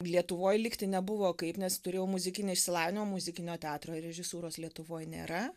lietuvoj likti nebuvo kaip nes turėjau muzikinį išsilavinimą muzikinio teatro režisūros lietuvoj nėra